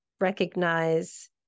recognize